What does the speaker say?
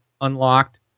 unlocked